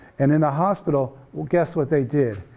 and in the hospital, well, guess what they did?